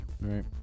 Right